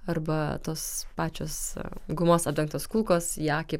arba tos pačios gumos apdengtos kulkos į akį